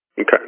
Okay